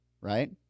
right